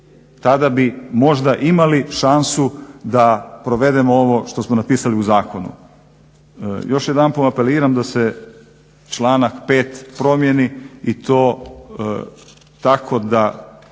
Tada bi možda imali šansu da provedemo ovo što smo napisali u zakonu. Još jedanput apeliram da se članak 5. promijeni i to tako da